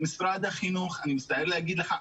אני מצטער להגיד לך,